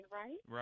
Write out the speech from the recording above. right